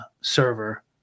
server